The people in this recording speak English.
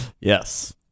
Yes